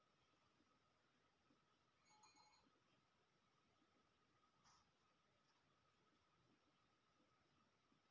ಸಾಲ ಮರುಪಾವತಿಯನ್ನು ಏನೆಂದು ಕರೆಯುತ್ತಾರೆ?